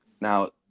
Now